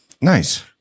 Nice